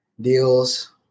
deals